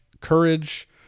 courage